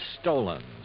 stolen